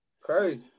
Crazy